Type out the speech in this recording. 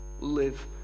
live